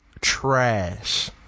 trash